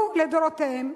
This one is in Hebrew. לדורותיהן,